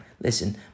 listen